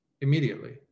immediately